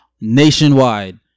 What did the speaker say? nationwide